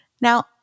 Now